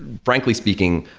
frankly speaking,